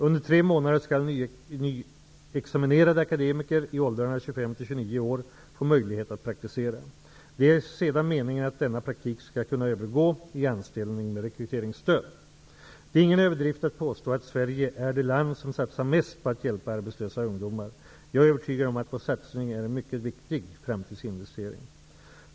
Under tre månader skall nyexaminerade akademiker i åldrarna 25--29 år få möjlighet att praktisera. Det är sedan meningen att denna praktik skall kunna övergå i anställning med rekryteringsstöd. Det är ingen överdrift att påstå att Sverige är det land som satsar mest på att hjälpa arbetslösa ungdomar. Jag är övertygad om att vår satsning är en mycket viktig framtidsinvestering.